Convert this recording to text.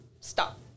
stop